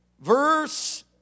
Verse